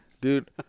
dude